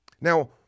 Now